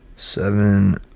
seven.